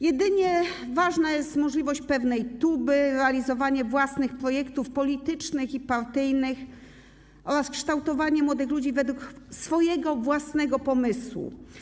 Jedynie ważna jest możliwość pewnej tuby, realizowanie własnych projektów politycznych i partyjnych oraz kształtowanie młodych ludzi według własnego pomysłu.